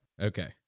Okay